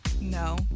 No